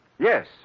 Yes